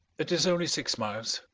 it is only six miles.